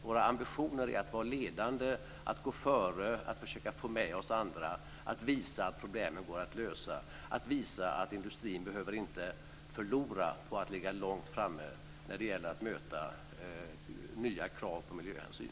Våra ambitioner är att vara ledande, att gå före, att försöka få med oss andra, att visa att problemen går att lösa, att visa att industrin inte behöver förlora på att ligga långt framme när det gäller att möta nya krav på miljöhänsyn.